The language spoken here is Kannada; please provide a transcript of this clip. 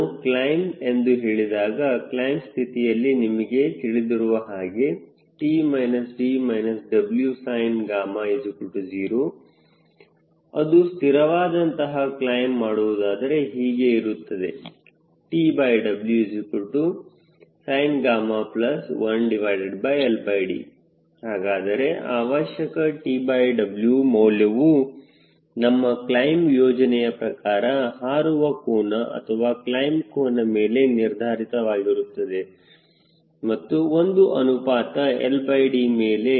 ನಾನು ಕ್ಲೈಮ್ ಎಂದು ಹೇಳಿದಾಗ ಕ್ಲೈಮ್ ಸ್ಥಿತಿಯಲ್ಲಿ ನಿಮಗೆ ತಿಳಿದಿರುವ ಹಾಗೆ 𝑇 − 𝐷 − 𝑊𝑠𝑖𝑛𝛾 0 ಅದು ಸ್ಥಿರವಾದಂತಹ ಕ್ಲೈಮ್ ಮಾಡುವುದಾದರೆ ಹೀಗೆ ಇರುತ್ತದೆ TWsin1LD ಹಾಗಾದರೆ ಅವಶ್ಯಕ TW ಮೌಲ್ಯವು ನಮ್ಮ ಕ್ಲೈಮ್ ಯೋಜನೆಯ ಪ್ರಕಾರ ಹಾರುವ ಕೋನ ಅಥವಾ ಕ್ಲೈಮ್ ಕೋನ ಮೇಲೆ ನಿರ್ಧಾರಿತವಾಗಿರುತ್ತದೆ ಮತ್ತು ಒಂದು ಅನುಪಾತ LD ಮೇಲೆ